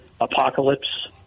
apocalypse